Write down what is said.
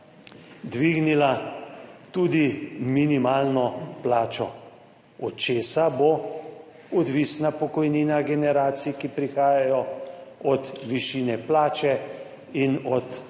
dvignila tudi minimalno plačo. Od česa bo odvisna pokojnina generacij, ki prihajajo? Od višine plače in od